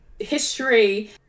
history